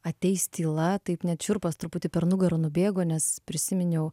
ateis tyla taip net šiurpas truputį per nugarą nubėgo nes prisiminiau